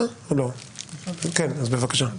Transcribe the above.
בבקשה.